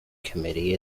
committee